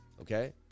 okay